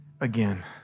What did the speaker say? again